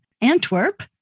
Antwerp